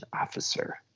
officer